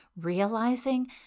realizing